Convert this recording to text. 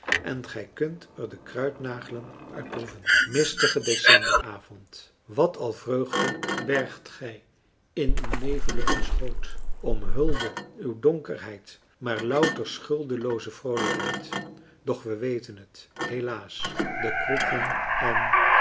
en gij kunt er de kruidnagelen uit proeven mistige decemberavond wat al vreugde bergt gij in uw neveligen schoot omhulde uw donkerheid maar louter schuldelooze vroolijkheid doch we weten het helaas de kroegen en